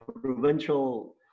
provincial